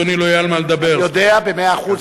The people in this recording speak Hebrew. אדוני,